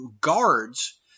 guards